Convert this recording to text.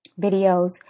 videos